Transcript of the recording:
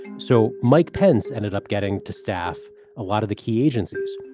so mike pence ended up getting to staff a lot of the key agencies.